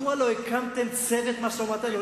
מדוע לא הקמתם צוות משא-ומתן?